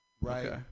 right